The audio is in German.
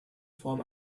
form